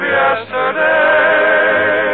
yesterday